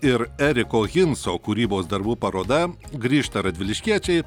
ir eriko hinso kūrybos darbų paroda grįžta radviliškiečiai